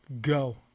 go